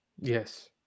Yes